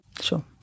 sure